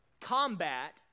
combat